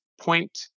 point